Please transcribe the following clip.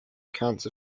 accounts